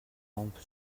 гомбо